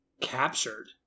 captured